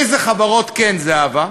איזה חברות כן, זהבה?